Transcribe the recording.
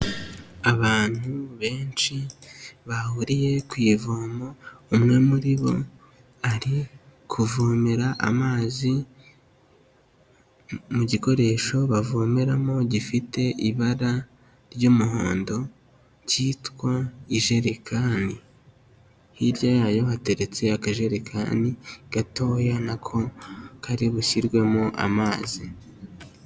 Abantu benshi bahuriye ku ivomo, umwe muri bo ari kuvomera amazi mu gikoresho bavomeramo gifite ibara ry'umuhondo cyitwa ijerekani. Hirya yayo hateretse akajerekani gatoya na ko kari bushyirwemo amazi.